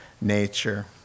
nature